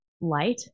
light